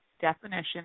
Definition